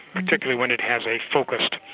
particularly when it has a focused,